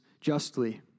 justly